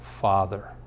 Father